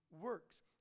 works